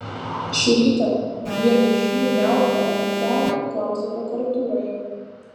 šį rytą vieną iš jų niauka oficialiai apklausė prokuratūroje